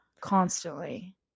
Constantly